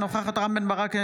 אינה נוכחת רם בן ברק,